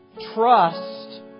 Trust